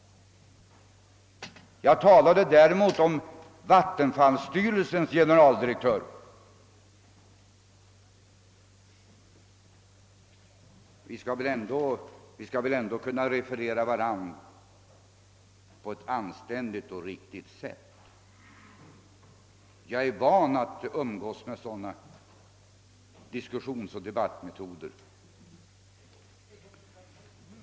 Jag talade däremot om vattenfallsstyrelsens generaldirektör. Vi skall väl ändå kunna referera varandras uttalanden på ett anständigt och riktigt sätt. Jag är van att umgås med sådana diskussionsoch debattmetoder.